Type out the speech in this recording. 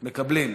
מקבלים.